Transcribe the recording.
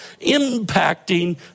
impacting